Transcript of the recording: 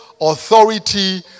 authority